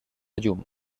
llum